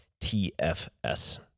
TFS